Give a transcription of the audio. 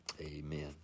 Amen